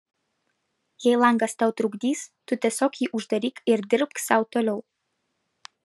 jei langas tau trukdys tu tiesiog jį uždaryk ir dirbk sau toliau